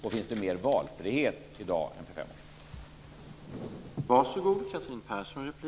Och finns det mer valfrihet i dag än för fem år sedan?